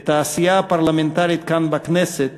את העשייה הפרלמנטרית כאן בכנסת